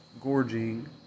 gorging